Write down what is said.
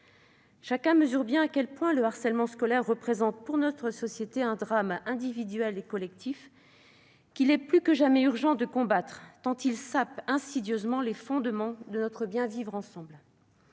Chacun voit bien à quel point le harcèlement scolaire représente pour notre société un drame, individuel et collectif, qu'il est plus que jamais urgent de combattre, tant il sape insidieusement les fondements de notre bien vivre ensemble.